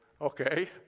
Okay